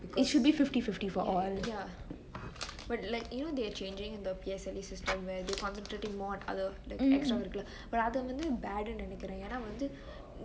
yes ya but like you know they are changing the P_S_L_E system where they concentrating more on other extracurricular but அத வந்து:athe vanthu bad னு நெனக்குர ஏனா வந்து:nu nenaikure yena vanthu